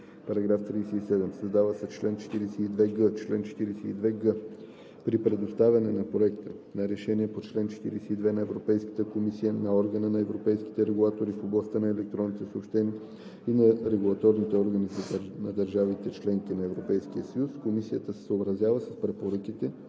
§ 37: „§ 37. Създава се чл. 42г: „Чл. 42г. При предоставяне на проекта на решение по чл. 42 на Европейската комисия, на Органа на европейските регулатори в областта на електронните съобщения и на регулаторните органи на държавите – членки на Европейския съюз, комисията се съобразява с препоръките